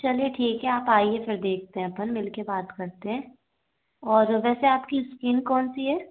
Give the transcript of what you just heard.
चलिए ठीक है आप आइए फिर देखते हैं अपन मिल कर बात करते हैं और वैसे आपकी स्किन कौन सी है